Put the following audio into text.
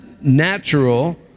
natural